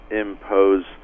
impose